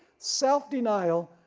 self-denial,